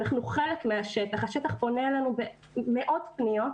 אנחנו חלק מהשטח, השטח פונה אלינו במאות פניות,